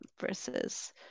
versus